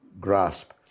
grasp